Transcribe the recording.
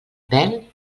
pèl